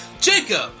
Jacob